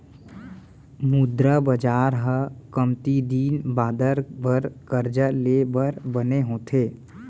मुद्रा बजार ह कमती दिन बादर बर करजा ले बर बने होथे